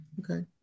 Okay